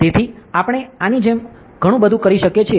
તેથી આપણે આની જેમ ઘણું બધું કરી શકીએ છીએ